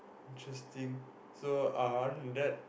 interesting so uh other than that